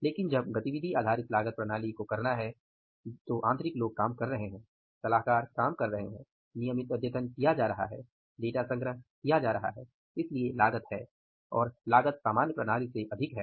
लेकिन जब एबीसी को करना है तो आंतरिक लोग काम कर रहे हैं सलाहकार काम कर रहे हैं नियमित अद्यतन किया जा रहा है डेटा संग्रह किया जा रहा है इसलिए लागत है और लागत सामान्य प्रणाली से अधिक है